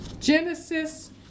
Genesis